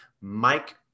Mike